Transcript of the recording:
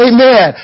Amen